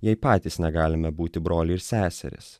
jei patys negalime būti broliai ir seserys